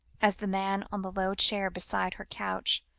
as the man on the low chair beside her couch,